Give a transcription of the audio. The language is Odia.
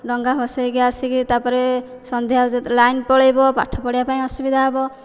ଡଙ୍ଗା ଭସେଇକି ଆସିକି ତା'ପରେ ସନ୍ଧ୍ୟା ଯେତେ ଲାଇନ୍ ପଳାଇବ ପାଠ ପଢ଼ିବା ପାଇଁ ଅସୁବିଧା ହେବ